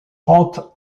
prend